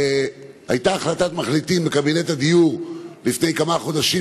והייתה החלטת מחליטים בקבינט הדיור לפני כמה חודשים,